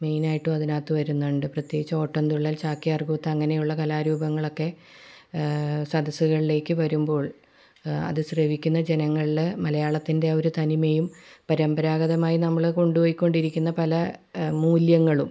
മെയിനായിട്ടും അതിനകത്ത് വരുന്നുണ്ട് പ്രത്യേകിച്ച് ഓട്ടംതുള്ളൽ ചാക്യാർകൂത്ത് അങ്ങനെയുള്ള കലാരൂപങ്ങളൊക്കെ സദസ്സുകളിലേക്ക് വരുമ്പോൾ അത് ശ്രവിക്കുന്ന ജനങ്ങളിൽ മലയാളത്തിൻ്റെ ആ ഒരു തനിമയും പരമ്പരാഗതമായി നമ്മൾ കൊണ്ടുപോയിക്കൊണ്ടിരിക്കുന്ന പല മൂല്യങ്ങളും